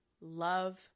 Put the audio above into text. love